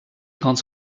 ganz